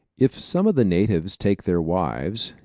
if some of the natives take their wives,